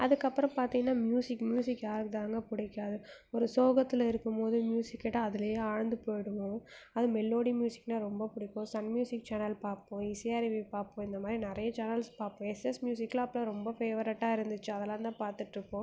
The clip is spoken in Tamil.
அதுக்கப்புறம் பார்த்திங்கன்னா ம்யூசிக் ம்யூசிக் யாருக்கு தாங்க பிடிக்காது ஒரு சோகத்தில் இருக்கும் போது ம்யூசிக் கேட்டால் அதுலேயே ஆழ்ந்து போய்விடுவோம் அதுவும் மெலோடி ம்யூசிக்னால் ரொம்ப பிடிக்கும் சன் ம்யூசிக் சேனல் பார்ப்போம் இசையருவி பார்ப்போம் இந்த மாதிரி நிறையா சேனல்ஸ் பார்ப்பேன் எஸ்எஸ் ம்யூசிக்கெலாம் அப்போலாம் ரொம்ப ஃபேவரட்டாக இருந்துச்சு அதெல்லாம் பார்த்துட்ருப்போம்